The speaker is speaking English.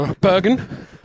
Bergen